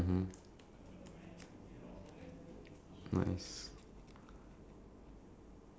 find a religion you will want to believe in and pray that